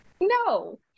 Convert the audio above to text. No